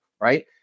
Right